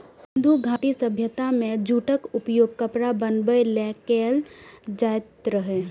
सिंधु घाटी सभ्यता मे जूटक उपयोग कपड़ा बनाबै लेल कैल जाइत रहै